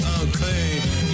unclean